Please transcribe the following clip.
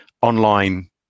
online